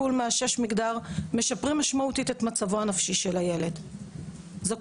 של סיכון ונמצאות במצב שיש צו הרחקה,